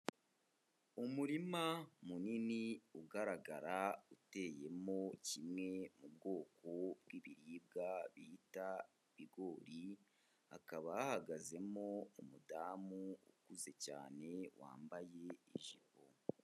Umurima munini ugaragara uteyemo kimwe mu bwoko bw'ibiribwa bita ibigori, hakaba hahagazemo umudamu ukuze cyane wambaye ijipo.